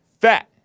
FAT